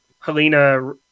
Helena